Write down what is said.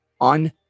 on